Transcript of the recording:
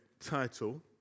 title